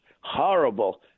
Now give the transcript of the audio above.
horrible